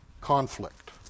conflict